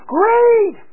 Great